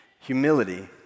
Humility